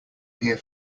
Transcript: here